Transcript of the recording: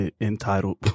entitled